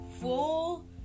full